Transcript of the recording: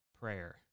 prayer